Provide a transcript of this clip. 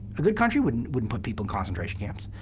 a good country wouldn't wouldn't put people in concentration camps.